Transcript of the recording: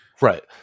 Right